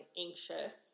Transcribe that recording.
anxious